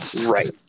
right